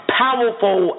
powerful